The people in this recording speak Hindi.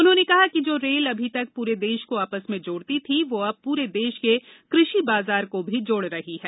उन्होंने कहा कि जो रेल अमी तक पूरे देश को आपस में जोड़ती थी वो अब पूरे देश के कृषि बाजार को भी जोड़ रही है